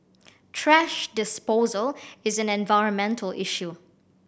trash disposal is an environmental issue